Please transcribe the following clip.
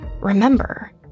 Remember